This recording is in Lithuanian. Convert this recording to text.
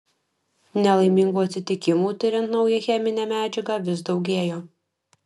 nelaimingų atsitikimų tiriant naują cheminę medžiagą vis daugėjo